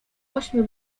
ośmiu